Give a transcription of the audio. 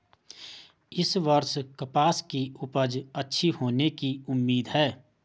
इस वर्ष कपास की उपज अच्छी होने की उम्मीद है